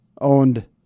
owned